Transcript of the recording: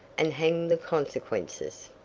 and hang the consequences.